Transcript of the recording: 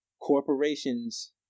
corporations